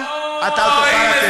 אתה צריך להגיד